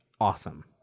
awesome